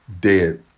dead